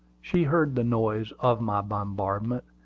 she heard the noise of my bombardment,